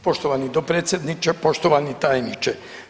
Poštovani potpredsjedniče, poštovani tajniče.